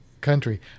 country